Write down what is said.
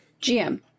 GM